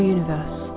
Universe